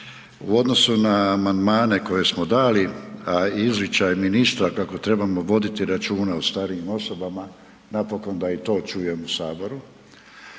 U odnosu na amandmane koje smo dali, a izričaj ministra kako trebamo voditi računa o starijim osobama, napokon da i to čujem u Saboru.